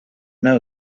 know